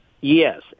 Yes